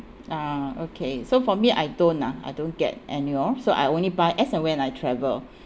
ah okay so for me I don't ah I don't get annual so I only buy as and when I travel